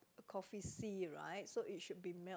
coffee C right so it should be milk